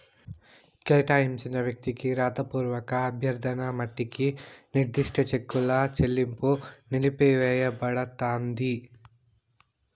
కేటాయించిన వ్యక్తికి రాతపూర్వక అభ్యర్థన మట్టికి నిర్దిష్ట చెక్కుల చెల్లింపు నిలిపివేయబడతాంది